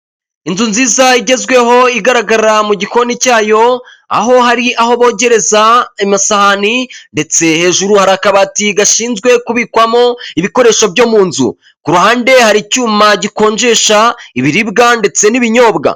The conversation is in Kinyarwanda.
Inzu nziza igezweho igaragara mu gikoni cyayo, aho hari aho bogereza amasahani ndetse hejuru hari akabati gashinzwe kubikwamo ibikoresho byo mu nzu, k'uruhande hari icyuma gikonjesha ibiribwa ndetse n'ibinyobwa.